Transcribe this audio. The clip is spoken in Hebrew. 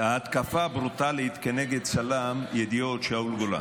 ההתקפה הברוטלית כנגד צלם ידיעות שאול גולן.